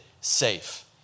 safe